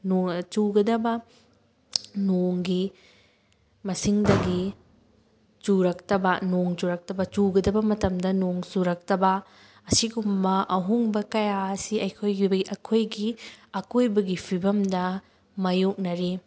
ꯅꯣꯡ ꯆꯨꯒꯗꯕ ꯅꯣꯡꯒꯤ ꯃꯁꯤꯡꯗꯒꯤ ꯆꯨꯔꯛꯇꯕ ꯅꯣꯡ ꯆꯨꯔꯛꯇꯕ ꯆꯨꯒꯗꯕ ꯃꯇꯝꯗ ꯅꯣꯡ ꯆꯨꯔꯛꯇꯕ ꯑꯁꯤꯒꯨꯝꯕ ꯑꯍꯣꯡꯕ ꯀꯌꯥ ꯑꯁꯤ ꯑꯩꯈꯣꯏꯒꯤ ꯑꯩꯈꯣꯏꯒꯤ ꯑꯀꯣꯏꯕꯒꯤ ꯐꯤꯕꯝꯗ ꯃꯥꯌꯣꯛꯅꯔꯤ